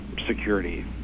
security